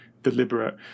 deliberate